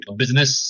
business